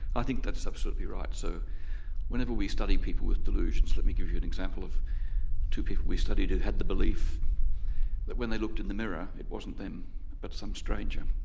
i think that's absolutely right. so whenever we study people with delusions let me give you an example of two people we studied who had the belief that when they looked in the mirror it wasn't them but some stranger.